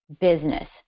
business